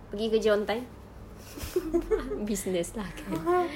pergi kerja on time business lah kan